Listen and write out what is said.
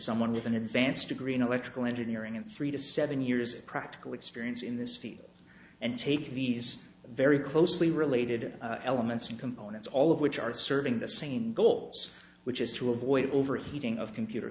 someone with an advanced degree in electrical engineering and three to seven years of practical experience in this field and taking these very closely related elements and components all of which are serving the same goals which is to avoid overheating of computer